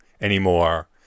anymore